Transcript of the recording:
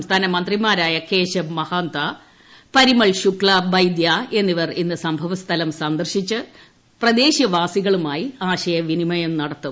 സംസ്ഥാന മന്ത്രിമാരായ കേശബ് മഹാന്ത പരിമൾ ശുക്സ ബൈദ്യ എന്നിവർ ഇന്ന് സംഭവസ്ഥലം സന്ദർശിച്ച് പ്രദേശവാസികളുമായി ആശയവിനിമയം നടത്തും